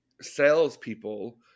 salespeople